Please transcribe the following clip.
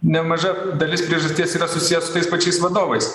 nemaža dalis priežasties yra susiję su tais pačiais vadovais